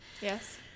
Yes